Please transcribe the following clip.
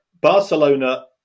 Barcelona